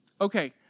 Okay